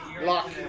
Lock